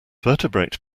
vertebrate